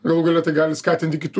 galų gale tai gali skatinti kitų